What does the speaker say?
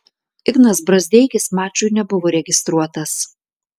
ignas brazdeikis mačui nebuvo registruotas